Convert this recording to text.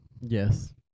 Yes